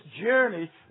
journey